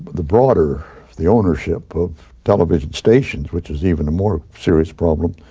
the broader the ownership of television stations, which is even more serious problem,